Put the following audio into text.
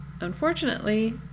unfortunately